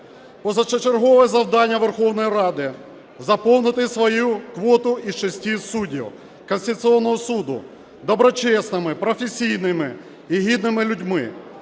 Першочергове завдання Верховної Ради – заповнити свою квоту із шести суддів Конституційного Суду доброчесними, професійними і гідними людьми.